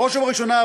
בראש ובראשונה,